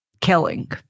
killing